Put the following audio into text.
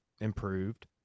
improved